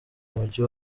mujyi